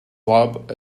lab